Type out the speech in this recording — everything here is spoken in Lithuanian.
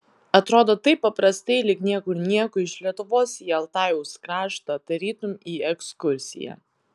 atrodo taip paprastai lyg niekur nieko iš lietuvos į altajaus kraštą tarytum į ekskursiją